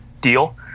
deal